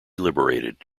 liberated